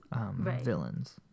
villains